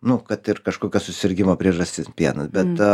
nu kad ir kažkokio susirgimo priežastis pienas bet